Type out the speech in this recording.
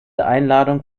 einladung